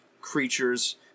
creatures